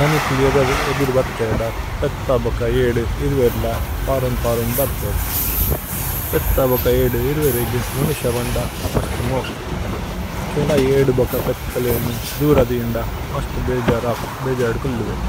ദനികുല്। യദര് ഏദുര്വഥേദ പേത്തബക യേദ്। ഇര്വേര്ല പരന് പരന് ബര്പേല। പേത്തബക യേദ് ഇര്വേരേഗി മോനിശ। വന്ദ മസ്തുമോകേ കേല യേദ്ബക। പേത്തലേന ദുരദിന്ദ മസ്ത്। ബേജര ബേജദ് കുല്ലുവേര।